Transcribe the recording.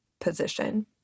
position